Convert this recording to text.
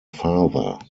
father